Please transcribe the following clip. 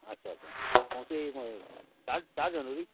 अच्छा अच्छा कौनसी को चार चार जनवरी